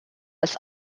als